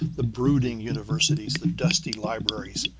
the brooding universities, the dusty libraries.